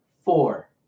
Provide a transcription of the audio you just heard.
four